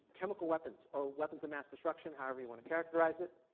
chemical weapons or weapons of mass destruction, however you want to characterize it.